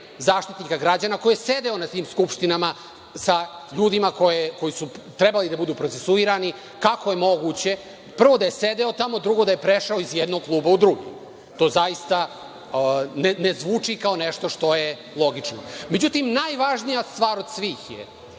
Zaštitnika građana ako je sedeo na tim skupštinama sa ljudima koji su trebali da budu procesuirani, kako je moguće, prvo da je sedo tamo, a drugo da je prešao iz jednog kluba u drugi? To zaista ne zvuči kao nešto što je logično.Međutim, najvažnija stvar od svih je